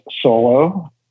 solo